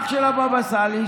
אח של הבבא סאלי.